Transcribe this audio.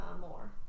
more